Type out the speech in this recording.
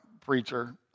Preacher